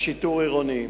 שיטור עירוני.